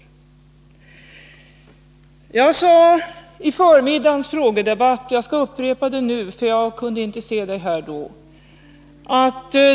Jagskall nu upprepa vad jag sade i förmiddagens frågedebatt, eftersom jag då inte kunde se Olof Johansson här i kammaren.